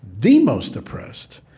the most oppressed,